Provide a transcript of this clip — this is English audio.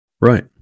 Right